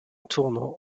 tournant